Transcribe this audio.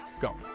go